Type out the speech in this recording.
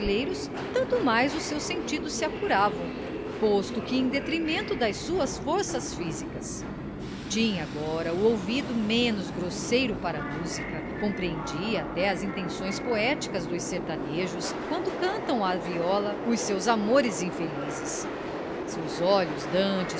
e costumes brasileiros tanto mais os seus sentidos se apuravam posto que em detrimento das suas forças físicas tinha agora o ouvido menos grosseiro para a música compreendia até as intenções poéticas dos sertanejos quando cantam à viola os seus amores infelizes seus olhos dantes